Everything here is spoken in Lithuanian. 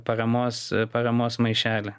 paramos paramos maišelį